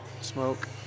Smoke